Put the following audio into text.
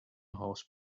horse